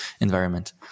environment